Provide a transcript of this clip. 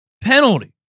penalty